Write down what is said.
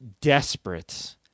desperate